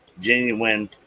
genuine